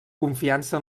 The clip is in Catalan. confiança